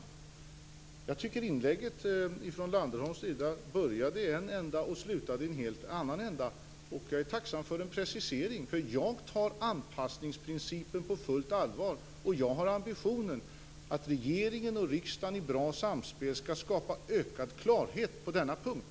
Jag tyckte att inlägget från Landerholm började i en ände och slutade i en helt annan ände. Jag är tacksam för en precisering. Jag tar anpassningsprincipen på fullt allvar, och jag har ambitionen att regeringen och riksdagen i ett bra samspel skall skapa ökad klarhet på denna punkt.